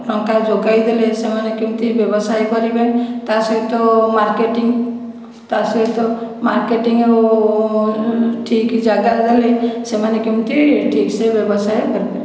ଟଙ୍କା ଯୋଗାଇ ଦେଲେ ସେମାନେ କେମିତି ବ୍ୟବସାୟ କରିବେ ତା ସାହିତ ମାର୍କେଟିଙ୍ଗ୍ ତା ସାହିତ ମାର୍କେଟିଙ୍ଗ୍ ଆଉ ଠିକ୍ ଜାଗାରେ ଦେଲେ ସେମାନେ କେମିତି ଠିକ୍ ସେ ବ୍ୟବସାୟ କରିପାରିବେ